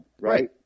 Right